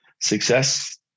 success